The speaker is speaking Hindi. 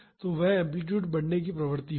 तो वह एम्पलीटूड बढ़ने की प्रवृत्ति होगी